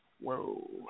Whoa